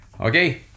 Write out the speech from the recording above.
okay